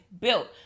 built